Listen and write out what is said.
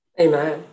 Amen